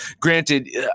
Granted